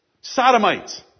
sodomites